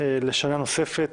לשנה נוספת,